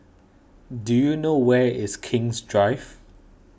do you know where is King's Drive